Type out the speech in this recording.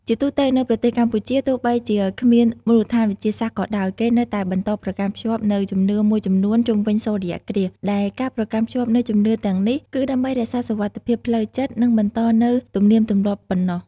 ជាទូទៅនៅប្រទេសកម្ពុជា ទោះបីជាគ្មានមូលដ្ឋានវិទ្យាសាស្ត្រក៏ដោយ គេនៅតែបន្តប្រកាន់ខ្ជាប់នូវជំនឿមួយចំនួនជុំវិញសូរ្យគ្រាស ដែលការប្រកាន់ខ្ជាប់នូវជំនឿទាំងនេះ គឺដើម្បីរក្សាសុវត្ថិភាពផ្លូវចិត្ត និងបន្ដនូវទំនៀមទម្លាប់ប៉ុណ្ណោះ ។